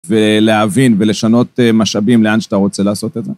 ולהבין ולשנות משאבים לאן שאתה רוצה לעשות את זה.